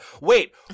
Wait